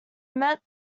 met